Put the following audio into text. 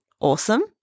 Awesome